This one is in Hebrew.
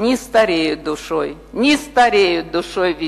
זה בטח היה חזק, אני רק לא מבין.